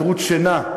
טרוט שינה.